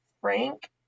Frank